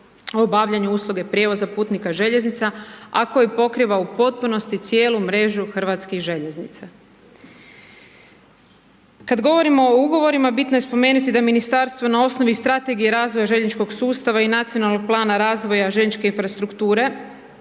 obavljanju usluge prijevoza putnika željeznica, a koji pokriva u potpunosti cijelu mrežu hrvatskih željeznica. Kad govorimo o ugovorima bitno je spomenuti da ministarstvo na osnovi Strategije razvoja željezničkog sustava i Nacionalnog plana razvoja željezničke infrastrukture